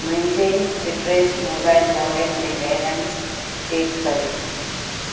मुंहिंजे Citrus mobile wallet में balance check कयो